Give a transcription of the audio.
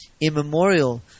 immemorial